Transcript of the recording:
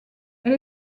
elle